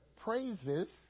praises